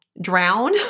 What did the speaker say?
drown